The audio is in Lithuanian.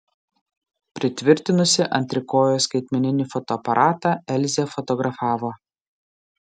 pritvirtinusi ant trikojo skaitmeninį fotoaparatą elzė fotografavo